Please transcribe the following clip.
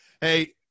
hey